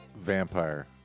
Vampire